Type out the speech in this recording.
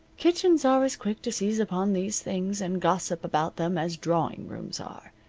kitchens are as quick to seize upon these things and gossip about them as drawing rooms are.